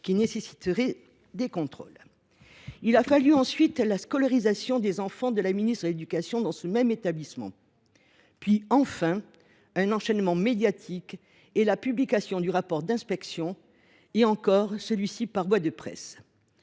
qui nécessiteraient des contrôles ? Il aura fallu ensuite la scolarisation des enfants de la ministre de l’éducation dans ce même établissement. Il aura fallu enfin un enchaînement médiatique et la publication du rapport d’inspection, par voie de presse